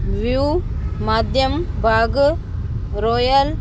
view माध्यम बाघ royal